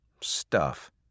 stuff